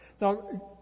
Now